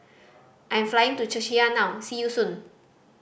I'm flying to Czechia now see you soon